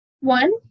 One